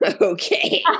Okay